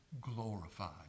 glorified